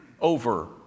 over